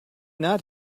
not